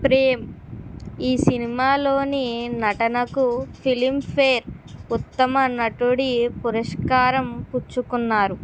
ప్రేమ్ ఈ సినిమాలోని నటనకు ఫిలింఫేర్ ఉత్తమ నటుడి పురస్కారం పుచ్చుకున్నారు